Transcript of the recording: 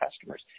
customers